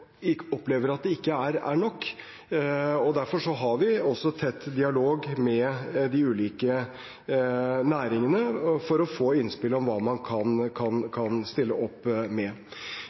opplever at det ikke er nok. Derfor har vi også tett dialog med de ulike næringene for å få innspill om hva man kan stille opp med.